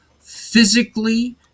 physically